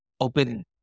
open